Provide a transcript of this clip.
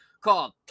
called